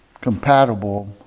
compatible